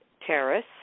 terrace